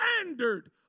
standard